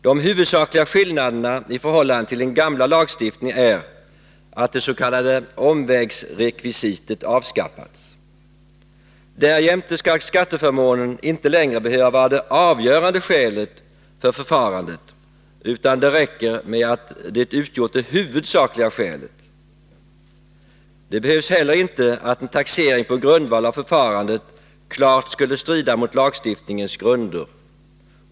De huvudsakliga skillnaderna i förhållande till den gamla lagstiftningen är att det s.k. omvägsrekvisitet avskaffats. Därjämte skall skatteförmånen inte längre behöva vara det avgörande skälet för förfarandet, utan det räcker med att det utgjort det huvudsakliga skälet. Det behövs inte heller att en taxering på grundval av förfarandet klart strider mot lagstiftningens grunder.